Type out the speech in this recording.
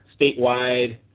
statewide